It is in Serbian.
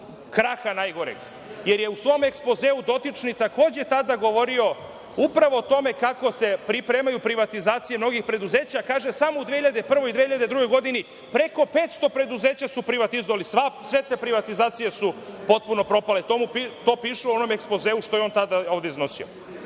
kraha, jer je u svom ekspozeu dotični takođe tada govorio upravo o tome kako se pripremaju privatizacije mnogih preduzeća, a kaže da su samo u 2001. i 2002. godini preko 500 preduzeća privatizovali. Sve te privatizacije su potpuno propale. To mu piše u onom ekspozeu što je on tada ovde iznosio. Oni